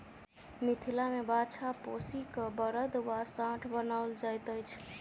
मिथिला मे बाछा पोसि क बड़द वा साँढ़ बनाओल जाइत अछि